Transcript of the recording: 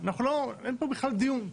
אין פה בכלל דיון.